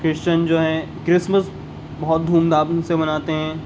Christian جو ہیں Christmas بہت دھوم دھام سے مناتے ہیں